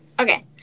Okay